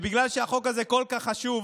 בגלל שהחוק הזה כל כך חשוב